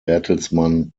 bertelsmann